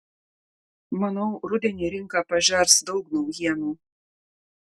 manau rudenį rinka pažers daug naujienų